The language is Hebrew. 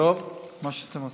מה שאתם רוצים.